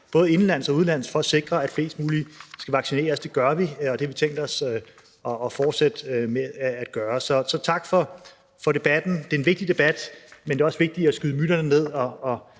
både indenlands og udenlands, for at sikre, at flest mulige skal vaccineres. Det gør vi, og det har vi tænkt os at fortsætte med at gøre. Så tak for debatten. Det er en vigtig debat, men det er også vigtigt at skyde myterne ned